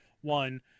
one